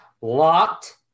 locked